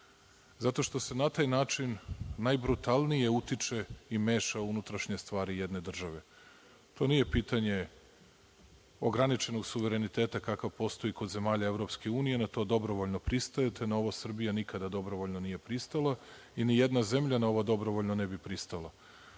Zato što se na taj način najbrutalnije utiče i meša u unutrašnje stvari jedne države. To nije pitanje ograničenog suvereniteta, kakav postoji kod zemalja EU, na to dobrovoljno pristajete. Na ovo Srbija nikada dobrovoljno nije pristala i ni jedna zemlja na ovo dobrovoljno ne bi pristala.